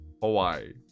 Hawaii